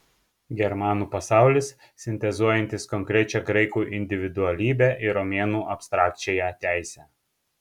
germanų pasaulis sintezuojantis konkrečią graikų individualybę ir romėnų abstrakčiąją teisę